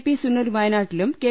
P Suneer വയനാട്ടിലും K